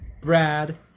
Brad